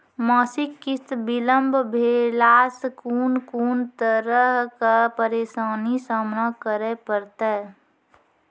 मासिक किस्त बिलम्ब भेलासॅ कून कून तरहक परेशानीक सामना करे परतै?